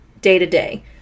day-to-day